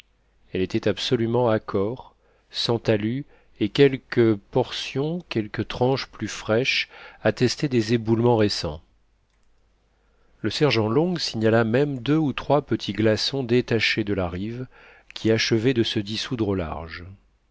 elle était absolument accore sans talus et quelques portions quelques tranches plus fraîches attestaient des éboulements récents le sergent long signala même deux ou trois petits glaçons détachés de la rive qui achevaient de se dissoudre au large